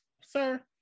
sir